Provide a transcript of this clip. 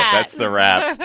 that's the rada.